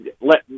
let